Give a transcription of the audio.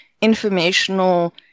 informational